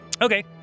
Okay